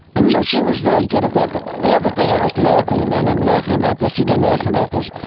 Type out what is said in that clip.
and so she was very good at that but the other thing i was laughing and and i'm laughing about this you didn't ask me about this,